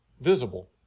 visible